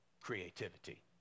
creativity